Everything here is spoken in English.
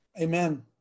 Amen